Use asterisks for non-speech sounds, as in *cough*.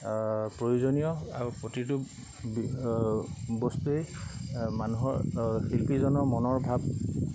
প্ৰয়োজনীয় আৰু প্ৰতিটো *unintelligible* বস্তুৱেই মানুহৰ শিল্পীজনৰ মনৰ ভাৱ